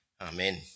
Amen